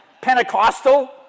Pentecostal